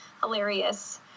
hilarious